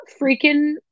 freaking